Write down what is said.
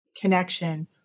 connection